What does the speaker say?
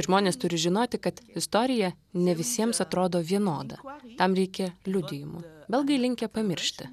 žmonės turi žinoti kad istorija ne visiems atrodo vienoda tam reikia liudijimų belgai linkę pamiršti